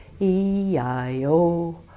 E-I-O